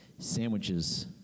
sandwiches